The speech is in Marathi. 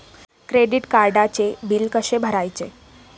क्रेडिट कार्डचे बिल कसे भरायचे?